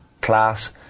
class